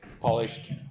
polished